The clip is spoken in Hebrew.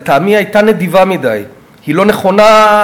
לטעמי היא הייתה נדיבה מדי, היא לא נכונה.